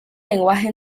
lenguaje